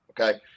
Okay